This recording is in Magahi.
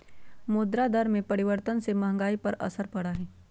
मुद्रा दर में परिवर्तन से महंगाई पर असर पड़ा हई